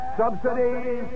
subsidies